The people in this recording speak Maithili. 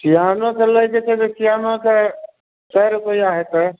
नहि हमरा सिआन के लैके छै तऽ सिआनो के सए रुपैआ हेतै